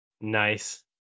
Nice